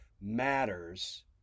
matters